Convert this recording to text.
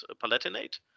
Palatinate